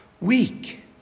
Weak